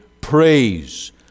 praise